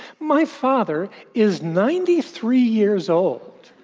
my father is ninety three years old,